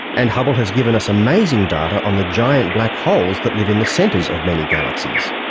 and hubble has given us amazing data on the giant black holes that live in the centres of many galaxies.